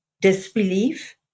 Disbelief